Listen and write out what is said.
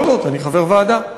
בכל זאת, אני חבר ועדה.